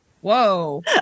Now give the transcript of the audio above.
Whoa